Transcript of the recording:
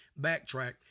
backtrack